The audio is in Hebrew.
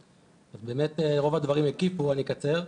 באמת, רוב הדברים הקיפו, אני אקצר.